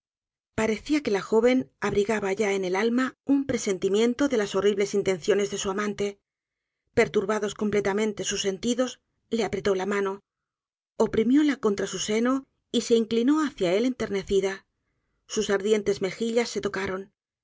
parecía que la joven abrigaba ya en el alma un presentimiento de las horribles intenciones de su amante perturbados completamente sus sentidos le apretó la mano oprimióla contra su seno y se inclinó hacia él enternecida sus ardientes megillas se tocaron